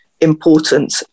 important